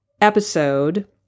episode